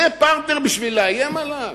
זה פרטנר בשביל לאיים עליו?